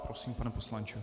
Prosím, pane poslanče.